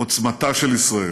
עוצמתה של ישראל.